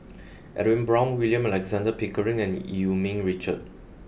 Edwin Brown William Alexander Pickering and Eu Yee Ming Richard